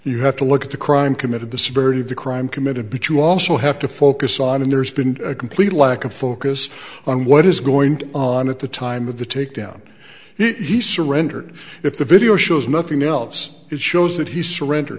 you have to look at the crime committed the severity of the crime committed but you also have to focus on and there's been a complete lack of focus on what is going on at the time of the takedown he surrendered if the video shows nothing else it shows that he surrendered